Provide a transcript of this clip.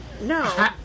No